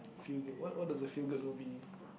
feel good what what the feel good movie